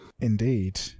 Indeed